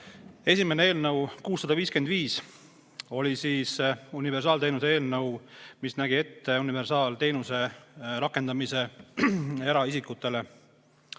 Esimene eelnõu, 655, oli universaalteenuse eelnõu, mis nägi ette universaalteenuse rakendamise eraisikutele